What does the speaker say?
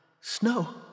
Snow